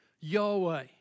Yahweh